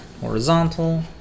horizontal